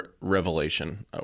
revelation